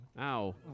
Ow